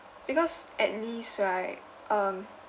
because at least right um